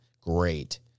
Great